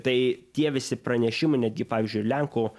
tai tie visi pranešimų netgi pavyzdžiui lenkų